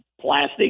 plastic